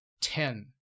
ten